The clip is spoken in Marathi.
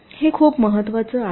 हे खूप महत्त्वाचं आहे